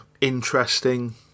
interesting